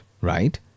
right